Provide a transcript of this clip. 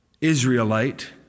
Israelite